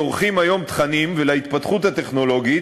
צורכים תכנים ולהתפתחות הטכנולוגית,